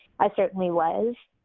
i certainly was.